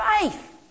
faith